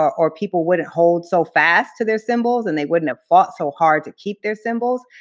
or people wouldn't hold so fast to their symbols and they wouldn't have fought so hard to keep their symbols,